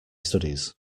studies